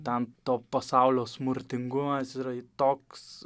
ten to pasaulio smurtingumas yra toks